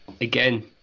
Again